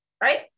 Right